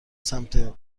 سمت